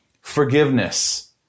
Forgiveness